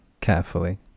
carefully